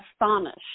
astonished